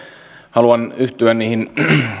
haluan yhtyä niihin